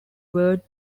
word